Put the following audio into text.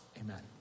amen